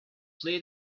play